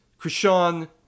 Krishan